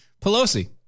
Pelosi